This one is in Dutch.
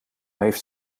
heeft